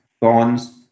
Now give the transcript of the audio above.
bonds